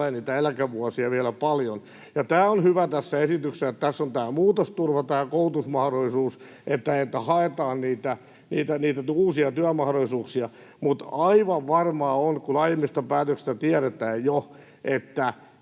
olemaan niitä eläkevuosia vielä paljon. On hyvä tässä esityksessä, että tässä on tämä muutosturva, tämä koulutusmahdollisuus, että haetaan niitä uusia työmahdollisuuksia. Mutta aivan varmaa on, kuten aiemmista päätöksistä tiedetään jo,